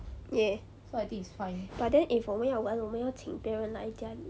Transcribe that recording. ya but then if 我们要玩我们要请别人来家里